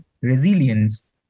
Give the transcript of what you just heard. resilience